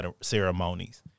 ceremonies